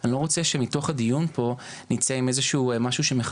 אני לא רוצה שמתוך הדיון פה נצא עם איזה משהו שמחזק